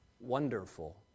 wonderful